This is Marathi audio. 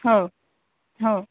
हो हो